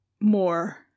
more